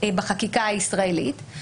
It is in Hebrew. בחקיקה הישראלית.